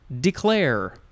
declare